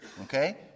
okay